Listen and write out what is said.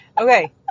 Okay